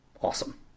Awesome